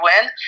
win